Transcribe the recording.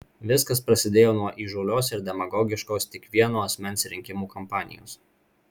viskas prasidėjo nuo įžūlios ir demagogiškos tik vieno asmens rinkimų kampanijos